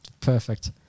Perfect